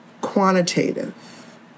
quantitative